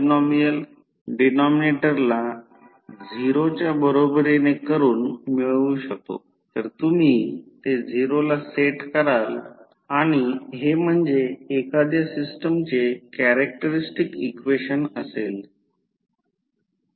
तर उच्च व्होल्टेज बाजू E2200 लो व्होल्टेज बाजू 500 व्होल्ट आहे 50 हर्ट्जची वारंवारता 50 हर्ट्ज आहे